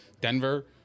Denver